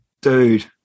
Dude